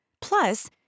Plus